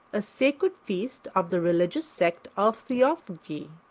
a sacred feast of the religious sect of theophagi.